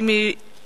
האם היא השקיעה?